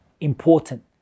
important